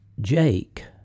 Jake